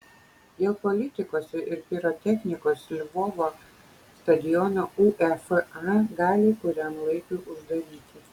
dėl politikos ir pirotechnikos lvovo stadioną uefa gali kuriam laikui uždaryti